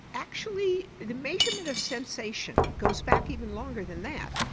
actually the measurement of sensation goes back even longer than that.